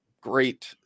great